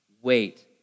wait